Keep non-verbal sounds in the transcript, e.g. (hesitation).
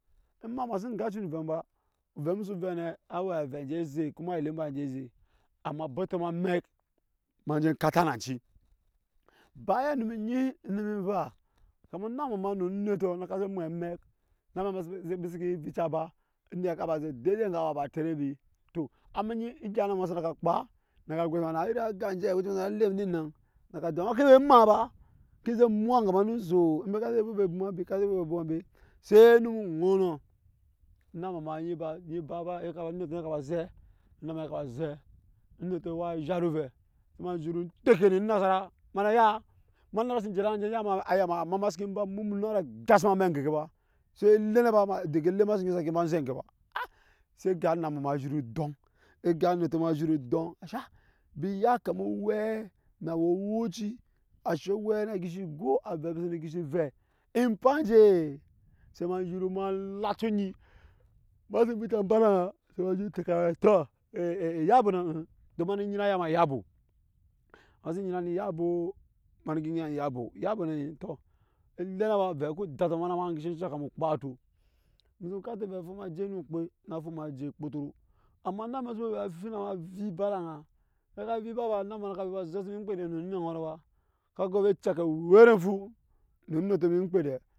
Ema ema sin gaci ovɛ mu ba ovɛ emu so vɛ nɛ a we avɛɛ anje zɛ kuma awe elimba anje zɛ amma botama amɛk ema en je kata nanci bayan enny enyi enum evaa kama ona ana no onet na ka ze mwe anak eme, amek (hesitation) embi se ke vica ba onɛɛ ka ba ze o dauda enga waa ka ba tere embi to eme nyi egya onaama ma sa na kpaa na ka gwai sa ma na iri agaa anje awɛi sa na lɛn clen nan na jama eme ke we emaa ba emake muk ange ma no zoo na ka zɛ embe sai onum ŋɔɔnɔ ona ama, maa nyi ba nyiba aika onetɔ eni ka ba zɛ ka zɛ onetɔ waa zhat ove sai ema zhuru teke enasara ema na yaa ema ne gyep sen je ya ayama amma ema se ke ba emu mu na in a re egya sama anek. enge ke ba sai ele ne ba za enge ke ba sin egap ona ama ma zhuru doŋ okap onetɔ ma zhuru doŋ aa embi ya kamr owɛɛ na wɛɛ owɛci ashe owɛi na disi go ave embi se ve embai enjee? Sai ema zhuru ma laca onyi. sama sen vica ba ede onase eman je (unintelligible) tɛ vɛɛ to eyabo ma na ele ne ba ovɛɛ ku data ma ema na ema ŋke zhuru shaŋ ka mu ekpoto, emu so kante vɛɛ afu ma je no kpe na fu ma je okpotoro amma eme amɛk ema (hesitation) a fu ma vi ba ede ana sa ka vi ba ba eni na ka vi zɛ si eme nmkpede no onet onɔɔnɔ ba ka go vɛ eceka ewɛrɛnfu no onetɔ eme nmkpetɛɛ.